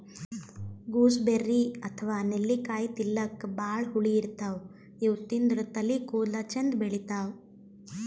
gooseberry ಅಥವಾ ನೆಲ್ಲಿಕಾಯಿ ತಿಲ್ಲಕ್ ಭಾಳ್ ಹುಳಿ ಇರ್ತವ್ ಇವ್ ತಿಂದ್ರ್ ತಲಿ ಕೂದಲ ಚಂದ್ ಬೆಳಿತಾವ್